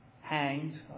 hanged